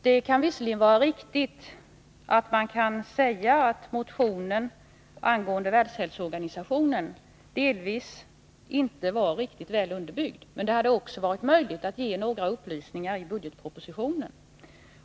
Det kan visserligen vara riktigt att motionen angående Världshälsoorganisationen inte var riktigt väl underbyggd, men det hade också varit möjligt att ge några upplysningar i budgetpropositionen.